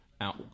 Out